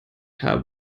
haben